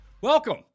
Welcome